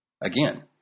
Again